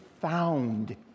found